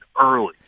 early